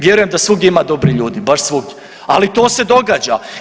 Vjerujem da svugdje ima dobrih ljudi, baš svugdje, ali to se događa.